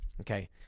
Okay